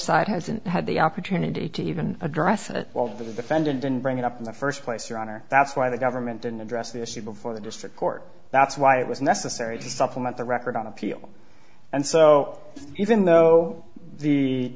side hasn't had the opportunity to even address it while the defendant didn't bring it up in the first place your honor that's why the government didn't address the issue before the district court that's why it was necessary to supplement the record on appeal and so even though the